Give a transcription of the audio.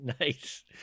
Nice